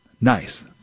nice